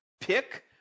pick